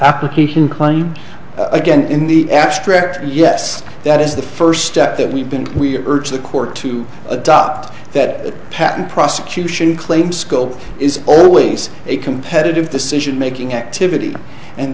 application claim again in the abstract yes that is the first step that we've been we urge the court to adopt that patent prosecution claim scope is always a competitive decision making activity and